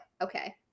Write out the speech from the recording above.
Okay